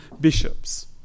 bishops